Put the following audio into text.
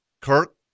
Kirk